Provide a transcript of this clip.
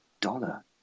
Dollar